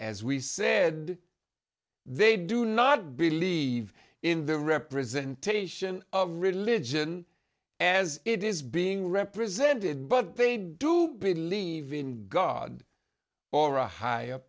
as we said they do not believe in the representation of religion as it is being represented but they do believe in god or a higher